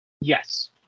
Yes